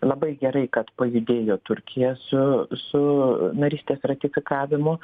labai gerai kad pajudėjo turkija su su narystės ratifikavimu